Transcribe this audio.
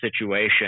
situation